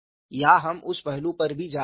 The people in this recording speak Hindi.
यहां हम उस पहलू पर भी जा रहे हैं